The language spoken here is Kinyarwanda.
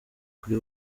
kuri